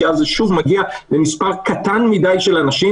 כי אז זה שוב מגיע למספר קטן מדי של אנשים